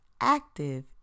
active